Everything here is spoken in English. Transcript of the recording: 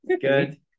good